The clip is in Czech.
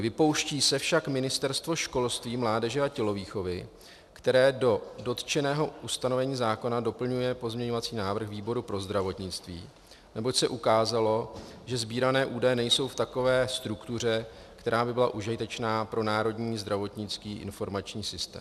Vypouští se však Ministerstvo školství, mládeže a tělovýchovy, které do dotčeného ustanovení zákona doplňuje pozměňovací návrh výboru pro zdravotnictví, neboť se ukázalo, že sbírané údaje nejsou v takové struktuře, která by byla užitečná pro Národní zdravotnický informační systém.